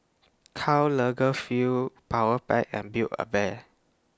Karl Lagerfeld Powerpac and Build A Bear